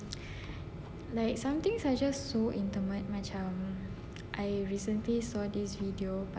like something are just so intimate macam I recently saw this video pasal